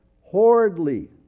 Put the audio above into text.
horridly